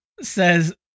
says